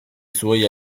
suoi